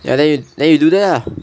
ya then you then you do that ah